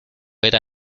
era